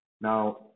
Now